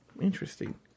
Interesting